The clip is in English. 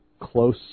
close